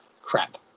crap